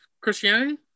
christianity